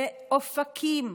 באופקים,